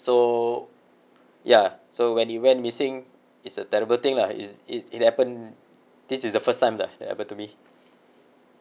so ya so when it went missing it's a terrible thing lah is it it happened this is the first time that that happened to me